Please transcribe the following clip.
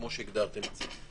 כמו שהגדרתם את זה.